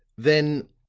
then,